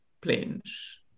planes